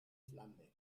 flamme